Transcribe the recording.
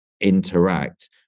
Interact